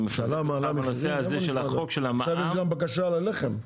אני מחזק אותך בנושא הזה של החוק של המע"מ --- שם בקשה על הלחם.